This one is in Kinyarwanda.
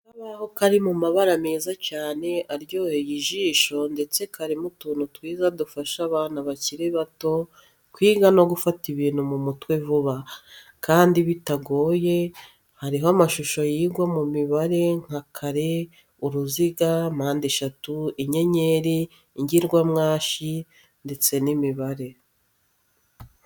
Akabaho kari mu mabara meza cyane aryohere ijisho ndetse kariho utuntu twiza dufasha abana bakiri bato kwiga no gufata ibintu mu mutwe vuba, kandi bitabagoye, hariho amashusho yigwa mu mibare nka kare, uruziga, mpandeshatu, inyenyeri, ingirwamwashi ndetse n'imibare.